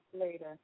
later